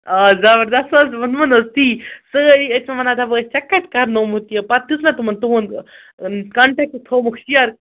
آ زَبردست حظ ووٚنمَو نہَ حظ تی سٲری أسِم وَنان دَپان ٲسۍ ژےٚ کَتہِ کَرنومُت یہِ پَتہٕ دٮُ۪ت مےٚ تِمَن تُہُنٛد کَنٹیکٹہٕ تھوٚمُکھ شِیر